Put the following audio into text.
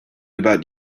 about